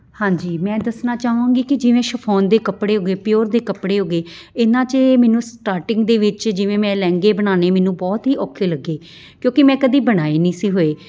ਹਾਂਜੀ ਮੈਂ ਦੱਸਣਾ ਚਾਹਾਂਗੀ ਕਿ ਜਿਵੇਂ ਸ਼ਿਫੋਨ ਦੇ ਕੱਪੜੇ ਹੋਗੇ ਪਿਓਰ ਦੇ ਕੱਪੜੇ ਹੋਗੇ ਇਹਨਾਂ 'ਚ ਮੈਨੂੰ ਸਟਾਰਟਿੰਗ ਦੇ ਵਿੱਚ ਜਿਵੇਂ ਮੈਂ ਲਹਿੰਗੇ ਬਣਾਉਣੇ ਮੈਨੂੰ ਬਹੁਤ ਹੀ ਔਖੇ ਲੱਗੇ ਕਿਉਂਕਿ ਮੈਂ ਕਦੇ ਬਣਾਏ ਹੀ ਨਹੀਂ ਸੀ ਹੋਏ